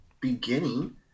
beginning